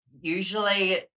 usually